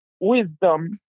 wisdom